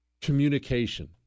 communication